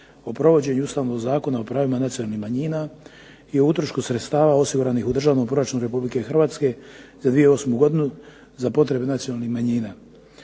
o provođenju Ustavnog zakona o pravima nacionalnih manjina i o utrošku sredstava osiguranih u Državnom proračunu Republike Hrvatske za 2008. godinu za potrebe nacionalnih manjina.